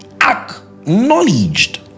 acknowledged